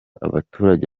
abaturage